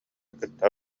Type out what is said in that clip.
кытта